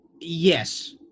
Yes